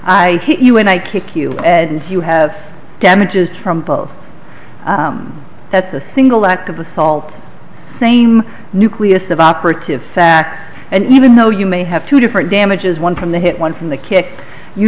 hate you and i kick you and you have damages from both that's a single act of assault same nucleus of operative fact and even though you may have two different damages one from the hit one from the kick you